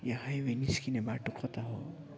यहाँ हाइवे निस्किने बाटो कता हो